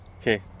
Okay